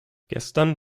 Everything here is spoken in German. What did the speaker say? gestern